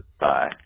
Bye